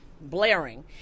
blaring